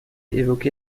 évoqué